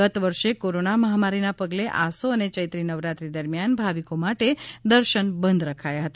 ગત વર્ષે કોરોના મહામારીના પગલે આસો અને ચૈત્રી નવરાત્રિ દરમિયાન ભાવિકો માટે દર્શન બંધ રખાયા હતા